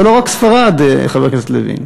זה לא רק ספרד, חבר הכנסת לוין.